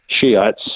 Shiites